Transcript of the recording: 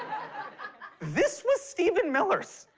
this was stephen miller's.